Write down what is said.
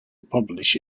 publish